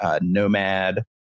Nomad